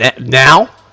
Now